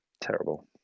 Terrible